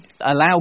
allow